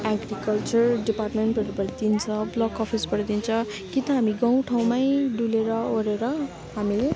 agriculture डिपार्टमेन्टहरूबाट दिन्छ block अफिसबाट दिन्छ कि त हामी गाउँठाउँमै डुलेरओरेर हामीले